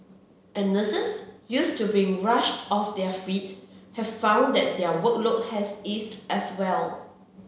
and nurses used to being rushed off their feet have found that their workload has eased as well